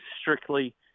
strictly